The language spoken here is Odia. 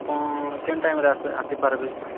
କଣ କେନ୍ ଟାଇମ୍ରେ ଆସି ଆସି ପାର୍ବେ